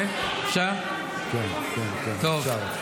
תודה רבה.